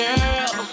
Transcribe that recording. Girl